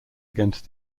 against